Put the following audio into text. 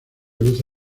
luce